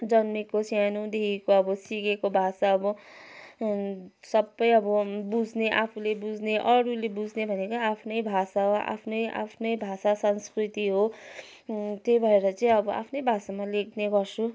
जन्मिएको सानोदेखि अब सिकेको भाषा अब सबै अब बुझ्ने आफूले बुझ्ने अरूले बुझ्ने भनेकै आफ्नै भाषा हो आफ्नै आफ्नै भाषा संस्कृति हो त्यही भएर चाहिँ अब आफ्नै भाषामा लेख्ने गर्छु